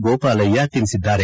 ಗೋಪಾಲಯ್ಯ ತಿಳಿಸಿದ್ದಾರೆ